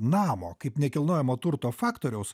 namo kaip nekilnojamo turto faktoriaus